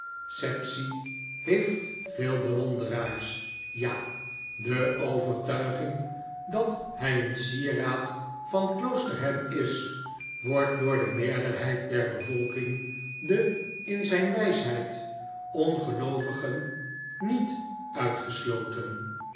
sapsea heeft veel bewonderaars ja deovertuiging dat hy een sieraad van kloosterham is wordt door de meerderheid der bevolking de in zijn wijsheid ongeloovigen niet uitgesloten